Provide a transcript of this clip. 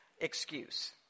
excuse